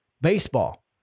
Baseball